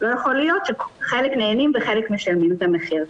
לא יכול להיות שחלק נהנים וחלק משלמים את המחיר.